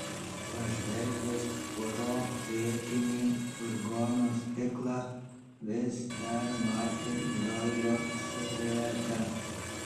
pažvelgęs pro priekinį furgono stiklą vis dar matė doilio siluetą